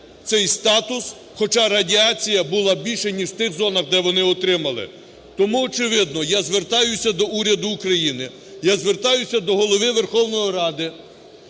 цей статус, хоча радіація була більше, ніж в тих зонах, де вони отримали. Тому, очевидно, я звертаюся до уряду України, я звертаюся до Голови Верховної Ради